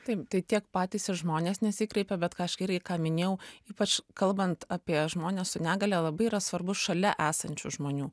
taip tai tiek patys ir žmonės nesikreipė bet ką aš irgi ką minėjau ypač kalbant apie žmones su negalia labai yra svarbus šalia esančių žmonių